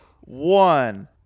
one